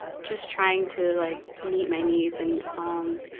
just trying to like meet my needs. and, um,